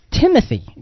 Timothy